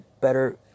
better